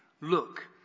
Look